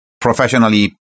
professionally